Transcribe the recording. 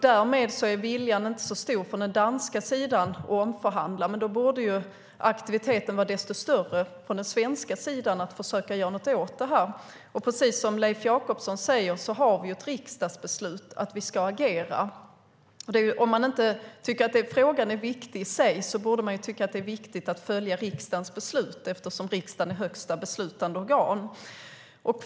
Därmed är viljan att omförhandla inte så stor från den danska sidan, men då borde aktiviteten från den svenska sidan för att försöka göra något åt det här vara större. Precis som Leif Jakobsson säger har vi ett riksdagsbeslut på att vi ska agera. Om man inte tycker att frågan är viktig i sig borde man tycka att det är viktigt att följa riksdagens beslut eftersom riksdagen är högsta beslutande organ.